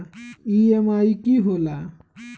EMI की होला?